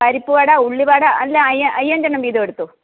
പരിപ്പുവട ഉള്ളിവട എല്ലാം അയ്യ അയ്യഞ്ചെണ്ണം വീതമെടുത്തോ